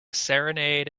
serenade